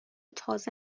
تازه